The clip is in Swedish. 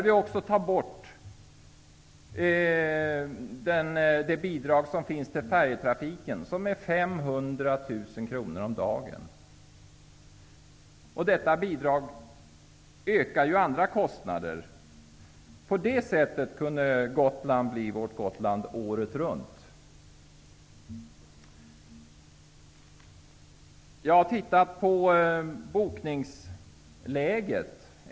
Vi skall ta bort bidraget till färjetrafiken på 500 000 kr om dagen. Detta bidrag medför att andra kostnader stiger. På det här sättet skulle Gotland kunna bli vårt Gotland året runt. Jag har studerat bokningsläget.